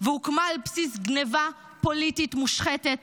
והוקמה על בסיס גניבה פוליטית מושחתת,